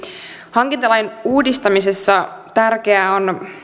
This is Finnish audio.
hankintalain uudistamisessa tärkeää on